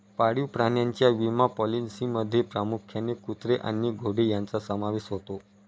पाळीव प्राण्यांच्या विमा पॉलिसींमध्ये प्रामुख्याने कुत्रे आणि घोडे यांचा समावेश होतो